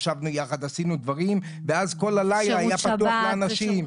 ישבנו יחד ועשינו דברים ואז כל הלילה היה פתוח לאנשים.